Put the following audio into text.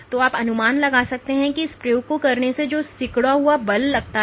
तो आप अनुमान लगा सकते हैं कि इस प्रयोग को करने से जो सिकुड़ा हुआ बल लगता है